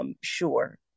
Sure